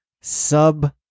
sub